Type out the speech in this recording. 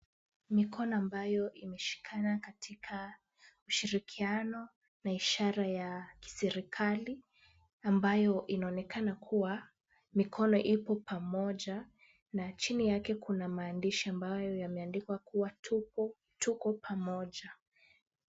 Mikono ambayo imeshikana katika ushirikiano na ishara ya kiserikali ambayo inaonekana kuwa mikono iko pamoja na chini yako kuna maandishi ambayo yameandikwa kuwa Tuko Pamoja.